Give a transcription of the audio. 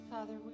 Father